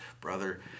brother